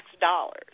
dollars